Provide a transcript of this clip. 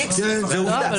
זה עובדה.